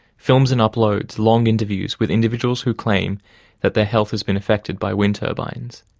films and uploads long interviews with individuals who claim that their health has been affected by wind turbines.